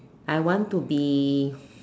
I want to be